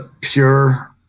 Pure